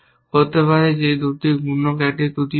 হতে পারে এই দুটি গুণক একটি ত্রুটিপূর্ণ